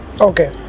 okay